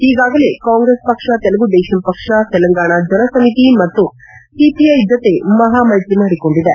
ಈಗಾಗಲೇ ಕಾಂಗ್ರೆಸ್ ಪಕ್ಷ ತೆಲುಗುದೇಶಂ ಪಕ್ಷ ತೆಲಂಗಾಣ ಜನ ಸಮಿತಿ ಮತ್ತು ಸಿಪಿಐ ಜತೆ ಮಹಾ ಮೈತ್ರಿ ಮಾಡಿಕೊಂಡಿದೆ